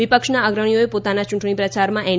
વિપક્ષના અગ્રણીઓએ પોતાના ચૂંટણી પ્રચારમાં એન